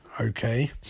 okay